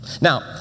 Now